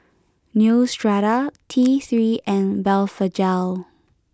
Neostrata T Three and Blephagel